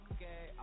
Okay